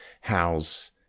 house